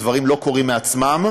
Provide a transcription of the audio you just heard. הדברים לא קורים מעצמם.